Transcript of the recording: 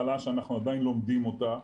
שאנחנו עדיין לומדים אותה.